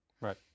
Right